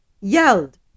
yelled